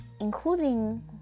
including